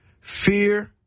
fear